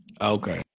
Okay